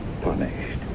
punished